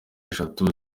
eshatu